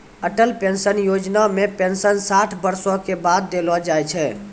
Atal pension Yojana मे pension साठ बरसो के बाद देलो जाय छै